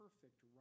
Perfect